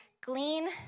glean